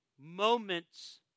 Moments